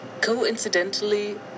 Coincidentally